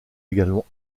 également